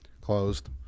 closed